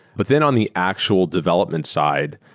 but then on the actual development side,